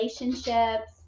relationships